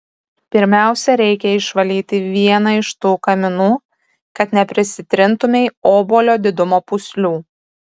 pirmiausia reikia išvalyti vieną iš tų kaminų kad neprisitrintumei obuolio didumo pūslių